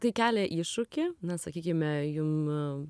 tai kelia iššūkį na sakykime jum